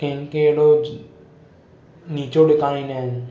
ॿियनि खे नीचो ॾेखारींदा आहिनि